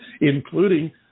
including